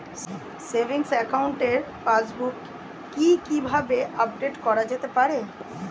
Savings একাউন্টের passbook কি কিভাবে আপডেট করা যেতে পারে?